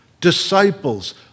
Disciples